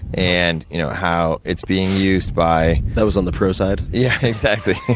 and you know how it's being used by that was on the pro side. yeah, exactly.